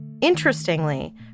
Interestingly